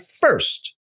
first